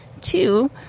two